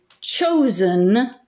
chosen